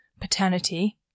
paternity